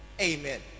amen